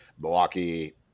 Milwaukee